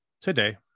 today